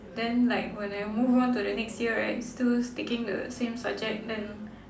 then like when I move on to the next year right still s~ taking the same subject then